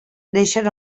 neixen